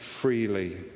freely